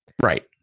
right